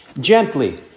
Gently